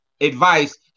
advice